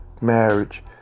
marriage